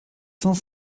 cent